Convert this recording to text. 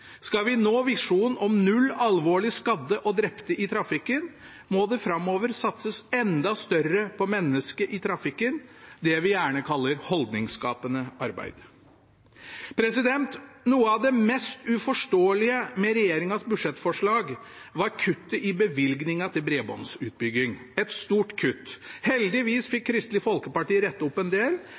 Skal vi nå visjonen om null alvorlig skadde og drepte i trafikken, må det framover satses enda mer på mennesket i trafikken – det vi gjerne kaller holdningsskapende arbeid. Noe av det mest uforståelige med regjeringens budsjettforslag er kuttet i bevilgningene til bredbåndsutbygging – et stort kutt. Heldigvis fikk Kristelig Folkeparti rettet opp en del,